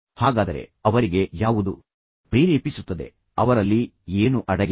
ಹಾಗಾದರೆ ಅವರಿಗೆ ಯಾವುದು ಪ್ರೇರೇಪಿಸುತ್ತದೆ ಅವರಲ್ಲಿ ಏನು ಅಡಗಿದೆ